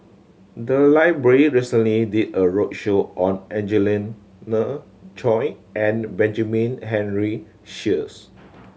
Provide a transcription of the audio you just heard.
the library recently did a roadshow on Angelina Choy and Benjamin Henry Sheares